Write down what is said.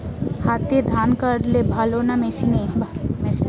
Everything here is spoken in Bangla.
হাতে ধান কাটলে ভালো না মেশিনে?